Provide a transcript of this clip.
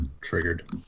triggered